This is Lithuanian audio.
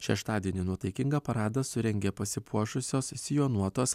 šeštadienį nuotaikingą paradą surengė pasipuošusios sijonuotos